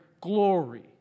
glory